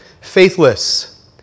faithless